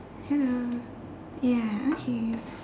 hello ya okay